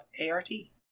A-R-T